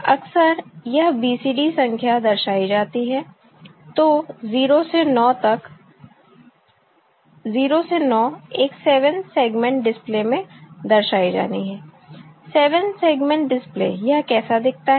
अक्सर यह BCD संख्या दर्शाई जाती है तो 0 से 9 एक 7 सेगमेंट डिस्पले में दर्शाई जानी है 7 सेगमेंट डिस्पले यह कैसा दिखता है